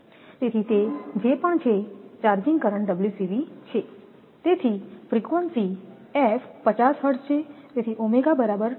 તેથી તે જે પણ છે ચાર્જિંગ કરંટ છે તેથી ફ્રીકવંશી 50 હર્ટ્ઝ છે